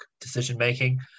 decision-making